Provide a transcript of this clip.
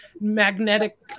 magnetic